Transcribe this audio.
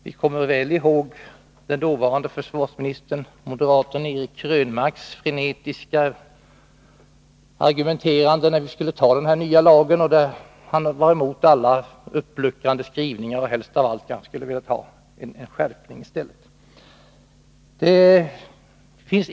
Vi kommer väl ihåg dåvarande moderate försvarsministern Eric Krönmarks frenetiska argumenterande, när det skulle fattas beslut om den nya lagen. Han var emot alla uppluckrande skrivningar. Helst skulle han ha velat få till stånd en skärpning.